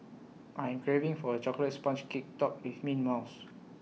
I am craving for A Chocolate Sponge Cake Topped with Mint Mousse